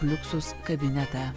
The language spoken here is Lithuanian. fliuksus kabinetą